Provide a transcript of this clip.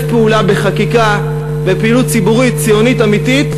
פעולה בחקיקה ובפעילות ציבורית ציונית אמיתית